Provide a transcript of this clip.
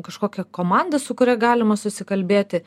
kažkokia komanda su kuria galima susikalbėti